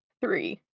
three